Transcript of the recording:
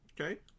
okay